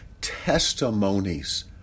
testimonies